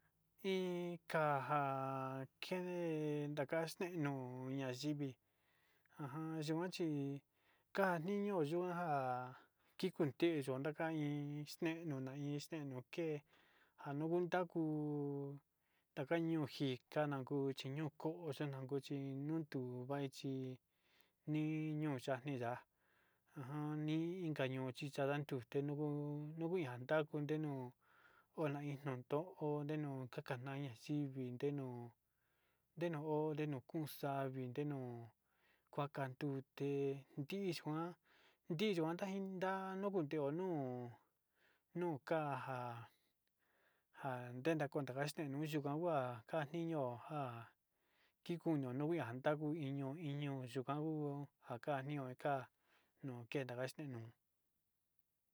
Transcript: In kaa ja kene ndakaxtenui ñayivi tenuaxchi, njani ño'o yuu'a kikute yunaka iin inxnena hi ixnenu ke'e anuñu taku takunjikanan kuu kuchinoko tuu chinago chí, tinuntuva chí nii ño'o xa'a nindá njan ni inka ño'o chichanda tutu tengunu nukuyanda ténu kuana iin nondo nenu kanaya xivi ndenu ndenuo ndenukux xavino kuakan tute ndikuan ndikuan xaini ndanuteo nuu nukaja njadena konaxtante nuuyo ndakua njaniño njá kikuno no iinnja kuniño nii ño'o njau ó njakanio njan no kena njakexno.